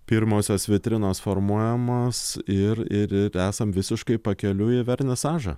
pirmosios vitrinos formuojamos ir ir ir esam visiškai pakeliui į vernisažą